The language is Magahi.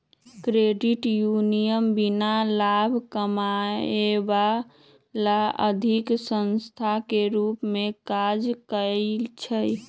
क्रेडिट यूनियन बीना लाभ कमायब ला आर्थिक संस्थान के रूप में काज़ करइ छै